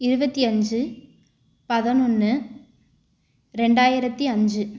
இருபத்தி அஞ்சு பதினொன்னு ரெண்டாயிரத்தி அஞ்சு